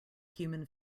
human